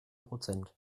prozent